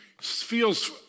feels